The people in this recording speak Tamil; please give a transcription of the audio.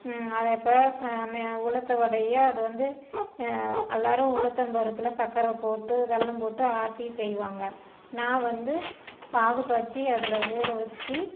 அது இப்போ உளுத்த வடையை அதை வந்து எல்லாரும் உளுத்தம் பருப்பில் சக்கரை போட்டு வெல்லம் போட்டு ஆட்டி செய்வாங்க நான் வந்து பாகு காய்ச்சி அதில் ஊற வைச்சி